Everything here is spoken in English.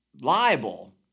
liable